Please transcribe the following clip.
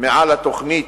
מעל התוכנית,